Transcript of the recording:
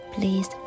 Please